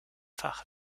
fach